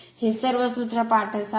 हे सर्व सूत्र पाठ असावे